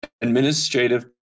Administrative